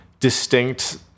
distinct